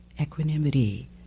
equanimity